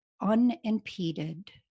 unimpeded